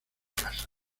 casas